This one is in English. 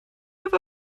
have